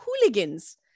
hooligans